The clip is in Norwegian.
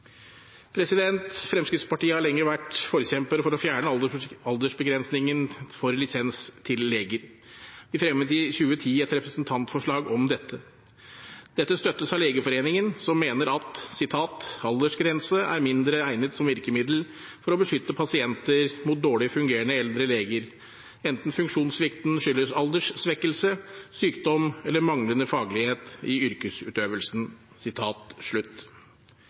gjør. Fremskrittspartiet har lenge vært forkjempere for å fjerne aldersbegrensningen for lisens til leger. Vi fremmet i 2010 et representantforslag om dette. Dette støttes av Legeforeningen, som mener: «Aldersgrense er mindre egnet som virkemiddel for å beskytte pasienter mot dårlig fungerende eldre leger. enten funksjonssvikten skyldes alderssvekkelse, sykdom eller manglende faglighet i yrkesutøvelsen.»